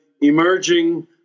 emerging